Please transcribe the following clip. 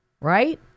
right